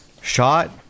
shot